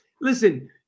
Listen